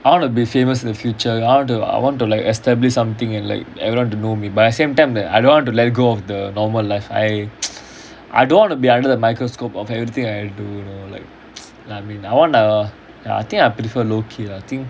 I want to be famous in the future I want to I want to like establish something and like everyone to know me but at same time I don't want to let go of the normal life I I don't want to be under the microscope of everything I do you know like ya I mean I want err ya I think I prefer low key lah I think